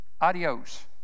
Adios